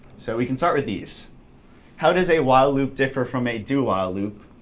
so we can start with these how does a while loop differ from a do-while loop?